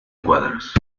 cuadros